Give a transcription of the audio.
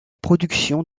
production